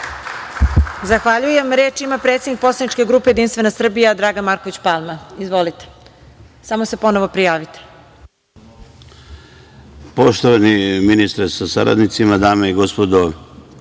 Zahvaljujem. Reč ima predsednik poslaničke grupe Jedinstvena Srbija Dragan Marković Palma. Izvolite. **Dragan D. Marković** Poštovani ministre sa saradnicima, dame i gospodo